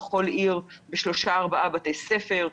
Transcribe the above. בכל עיר בשלושה-ארבעה בתי ספר,